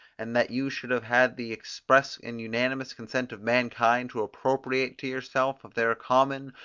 and that you should have had the express and unanimous consent of mankind to appropriate to yourself of their common,